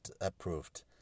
approved